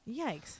Yikes